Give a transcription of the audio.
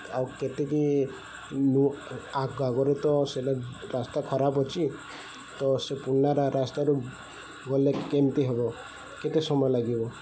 ଆଉ କେତେକି ଆଗରେ ତ ସେଇଟା ରାସ୍ତା ଖରାପ ଅଛି ତ ସେ ପୁରୁଣା ରାସ୍ତାରୁ ଗଲେ କେମିତି ହେବ କେତେ ସମୟ ଲାଗିବ